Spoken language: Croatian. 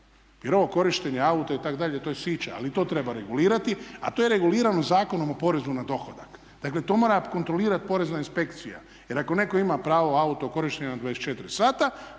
Jer ovo korištenje auta itd. to je sića, ali i to treba regulirati, a to je regulirano Zakonom o porezu na dohodak. Dakle, to mora kontrolirati Porezna inspekcija. Jer ako netko ima pravo auto korištenje na 24 sata